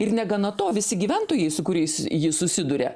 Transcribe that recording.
ir negana to visi gyventojai su kuriais ji susiduria